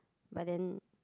but then